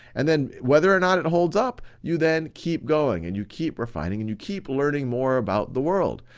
and then whether or not it holds up, you then keep going, and you keep refining. and you keep learning more about the world,